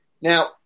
Now